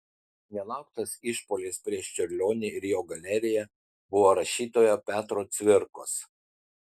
nelauktas išpuolis prieš čiurlionį ir jo galeriją buvo rašytojo petro cvirkos